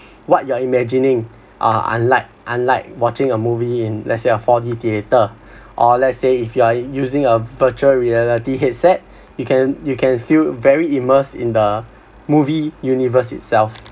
what you're imagining uh unlike unlike watching a movie in let's say a four D theatre or let's say if you are using a virtual reality headset you can you can feel very immersed in the movie universe itself